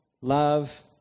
love